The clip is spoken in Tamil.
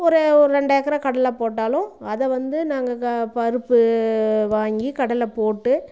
ஒரு ஒரு ரெண்டு ஏக்கரை கடலை போட்டாலும் அதை வந்து நாங்கள் க பருப்பு வாங்கி கடலை போட்டு